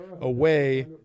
away